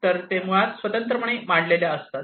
तर ते मुळात स्वतंत्रपणे मांडलेल्या असतात